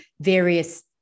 various